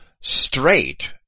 straight